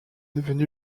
devenu